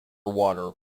water